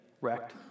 wrecked